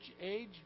age